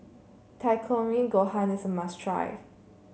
Takikomi Gohan is a must try